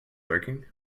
lurking